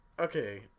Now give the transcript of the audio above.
Okay